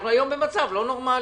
אנחנו היום במצב לא נורמלי,